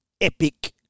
epic